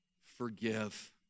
Forgive